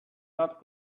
not